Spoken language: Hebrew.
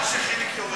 רק כשחיליק יורד.